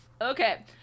Okay